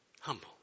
Humble